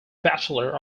bachelor